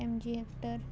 MG hector